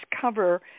cover